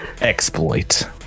exploit